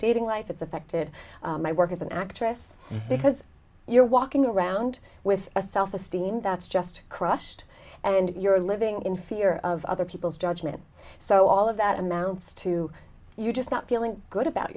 dating life it's affected my work as an actress because you're walking around with a self esteem that's just crushed and you're living in fear of other people's judgment so all of that amounts to you just not feeling good about